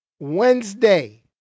Wednesday